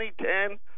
2010